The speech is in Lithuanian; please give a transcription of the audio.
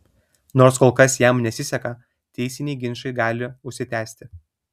nors kol kas jam nesiseka teisiniai ginčai gali užsitęsti